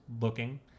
looking